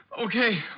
Okay